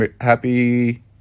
Happy